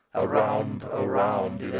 around, around,